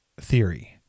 theory